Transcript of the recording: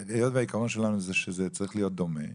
היות והעיקרון שלנו שזה צריך להיות דומה.